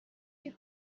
you